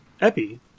Epi